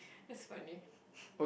that's funny